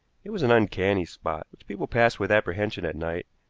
it was an uncanny spot, which people passed with apprehension at night,